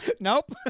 Nope